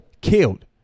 killed